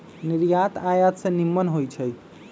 निर्यात आयात से निम्मन होइ छइ